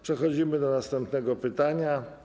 Przechodzimy do następnego pytania.